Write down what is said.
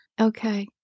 okay